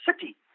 city